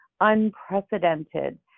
unprecedented